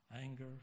Anger